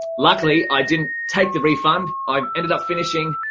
luckily, i didn't take the refund, i ended up finishing,